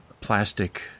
plastic